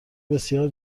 بسیار